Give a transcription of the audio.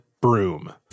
broom